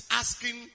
asking